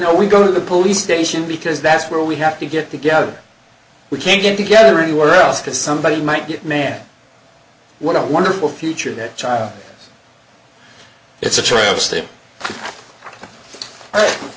know we go to the police station because that's where we have to get together we can't get together anywhere else because somebody might be it man what a wonderful future that child it's a